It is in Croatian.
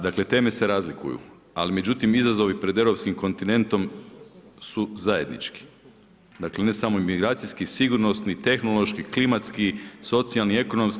Dakle teme se razlikuju, ali međutim izazovi pred Europskim kontinentom su zajednički, dakle ne samo migracijski, sigurnosni, tehnološki, klimatski, socijalni, ekonomski.